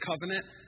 covenant